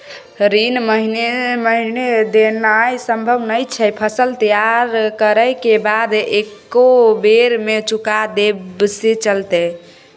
ऋण महीने महीने देनाय सम्भव नय छै, फसल तैयार करै के बाद एक्कै बेर में चुका देब से चलते?